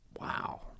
Wow